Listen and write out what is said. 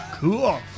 Cool